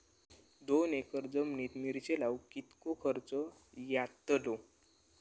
दोन एकर जमिनीत मिरचे लाऊक कितको खर्च यातलो?